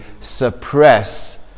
suppress